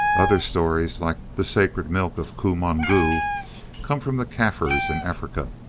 other stories, like the sacred milk of koumongoe come from the kaffirs in africa,